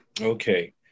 Okay